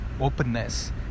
openness